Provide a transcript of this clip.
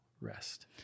rest